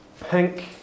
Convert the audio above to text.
pink